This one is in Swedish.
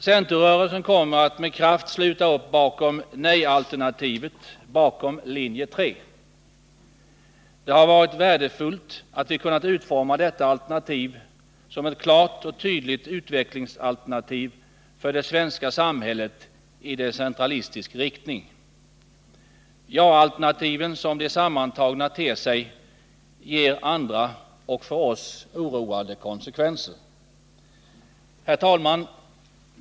Centerrörelsen kommer att med kraft sluta upp bakom nej-alternativet — bakom linje 3. Det har varit värdefullt att vi kunnat utforma detta alternativ som ett klart och tydligt utvecklingsalternativ för det svenska samhället i decentralistisk riktning. Ja-alternativen, som de sammantagna ter sig, ger andra och för oss oroande konsekvenser. Herr talman!